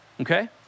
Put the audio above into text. okay